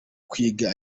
kwiga